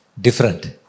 different